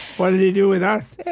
what did he do with us?